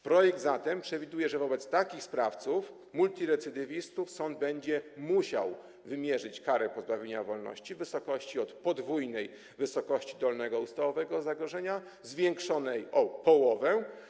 Projekt zatem przewiduje, że wobec takich sprawców, multirecydywistów, sąd będzie musiał wymierzyć karę pozbawienia wolności w wysokości od podwójnej wysokości dolnego ustawowego zagrożenia zwiększonej o połowę.